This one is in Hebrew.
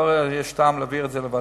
אני לא רואה שיש טעם להעביר את זה לוועדה.